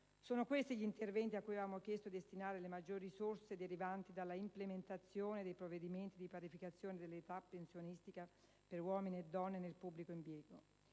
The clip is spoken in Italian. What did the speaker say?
Sono questi gli interventi a cui avevamo chiesto di destinare le maggiori risorse derivanti dalla implementazione dei provvedimenti di parificazione dell'età pensionistica per uomini e donne nel pubblico impiego.